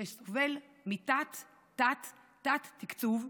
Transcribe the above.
שסובל מתת-תת-תת תקצוב,